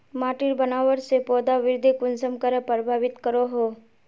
माटिर बनावट से पौधा वृद्धि कुसम करे प्रभावित करो हो?